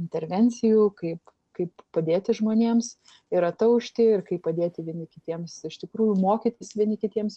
intervencijų kaip kaip padėti žmonėms ir ataušti ir kaip padėti vieni kitiems iš tikrųjų mokytis vieni kitiems